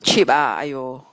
cheap ah !aiyo!